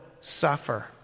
suffer